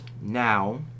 Now